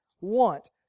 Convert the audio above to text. want